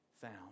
found